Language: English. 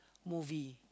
movie